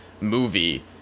movie